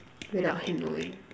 without him knowing